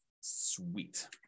Sweet